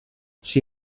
she